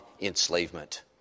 enslavement